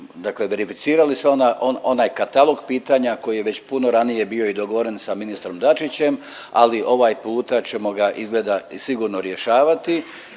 dakle verificirali sav onaj katalog pitanja koji je već puno ranije bio i dogovoren sa ministrom Dačićem, ali ovaj puta ćemo ga izgleda sigurno rješavati